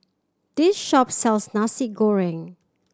this shop sells Nasi Goreng